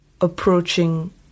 approaching